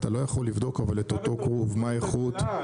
כן,